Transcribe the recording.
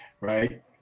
Right